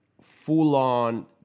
full-on